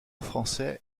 français